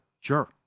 Sure